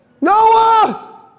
Noah